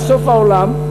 זה סוף העולם.